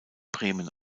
bremen